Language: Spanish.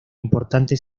importante